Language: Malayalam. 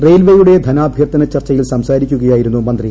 റെയിൽവേയുടെ ധനാഭ്യർത്ഥന ചർച്ചയിൽ സംസാരിക്കുകയായിരുന്നു മന്ത്രി